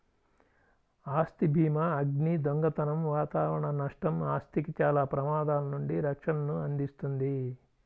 ఆస్తి భీమాఅగ్ని, దొంగతనం వాతావరణ నష్టం, ఆస్తికి చాలా ప్రమాదాల నుండి రక్షణను అందిస్తుంది